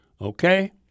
okay